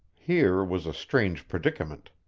here was a strange predicament.